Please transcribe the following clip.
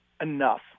enough